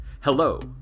Hello